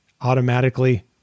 automatically